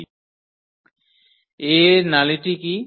A এর নালিটি কি